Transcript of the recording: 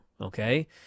Okay